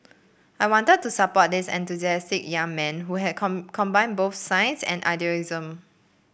I wanted to support this enthusiastic young man who has come combined both science and idealism